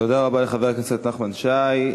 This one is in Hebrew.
תודה רבה לחבר הכנסת נחמן שי.